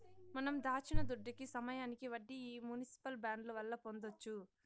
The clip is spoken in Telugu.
మనం దాచిన దుడ్డుకి సమయానికి వడ్డీ ఈ మునిసిపల్ బాండ్ల వల్ల పొందొచ్చు